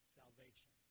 salvation